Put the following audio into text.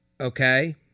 okay